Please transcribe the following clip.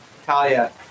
Talia